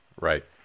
Right